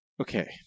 okay